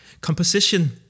composition